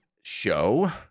show